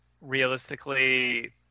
realistically